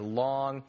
long